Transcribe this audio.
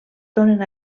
donen